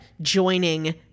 joining